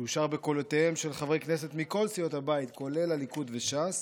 שאושר בקולותיהם של חברי כנסת מכל סיעות הבית כולל הליכוד וש"ס,